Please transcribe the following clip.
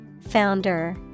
Founder